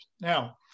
Now